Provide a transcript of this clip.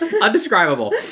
undescribable